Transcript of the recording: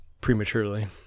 prematurely